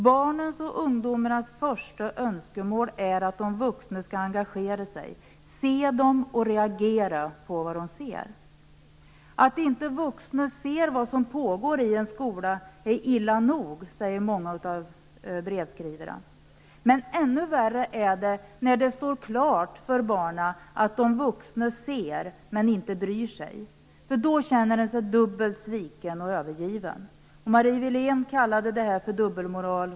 Barnens och ungdomarnas första önskemål är att vuxna engagerar sig, att vuxna ser och att de reagerar på vad de ser. Att vuxna inte ser vad som pågår i en skola är illa nog, säger många av brevskrivarna. Men ännu värre är det när det står klart för barnen att vuxna ser men inte bryr sig. Då känner man sig dubbelt sviken och övergiven. Marie Wilén kallade detta för dubbelmoral.